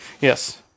Yes